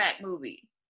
movie